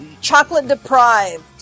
chocolate-deprived